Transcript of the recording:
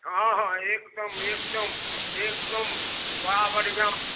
हाँ हाँ एकदम एकदम एकदम बड़ा बढ़िआँ